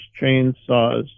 chainsaws